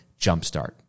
jumpstart